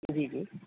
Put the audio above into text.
جی جی